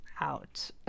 out